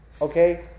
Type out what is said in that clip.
okay